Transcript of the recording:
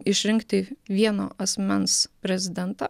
išrinkti vieno asmens prezidentą